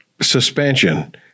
Suspension